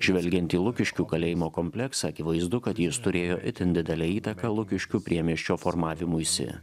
žvelgiant į lukiškių kalėjimo kompleksą akivaizdu kad jis turėjo itin didelę įtaką lukiškių priemiesčio formavimuisi